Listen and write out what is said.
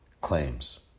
claims